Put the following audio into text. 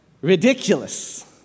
ridiculous